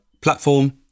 platform